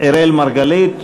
אראל מרגלית,